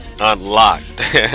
unlocked